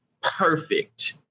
perfect